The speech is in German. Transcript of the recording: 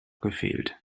gefehlt